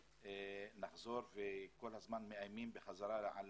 נחזור וכול הזמן מאיימים בחזרה אל